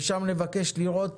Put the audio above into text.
ושם נבקש לראות